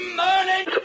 morning